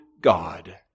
God